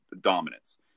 dominance